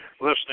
listening